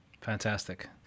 fantastic